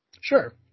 Sure